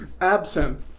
absent